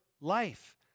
life